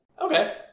Okay